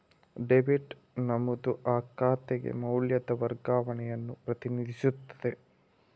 debit ನಮೂದು ಆ ಖಾತೆಗೆ ಮೌಲ್ಯದ ವರ್ಗಾವಣೆಯನ್ನು ಪ್ರತಿನಿಧಿಸುತ್ತದೆ